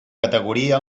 categoria